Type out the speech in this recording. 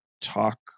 talk